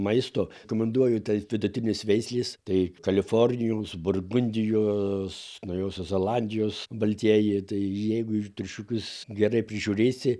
maisto rekomanduoju tas vidutines veisles tai kalifornijos burgundijos naujosios zelandijos baltieji tai jeigu triušiukus gerai prižiūrėsi